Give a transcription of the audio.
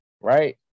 right